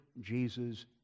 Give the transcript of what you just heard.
Jesus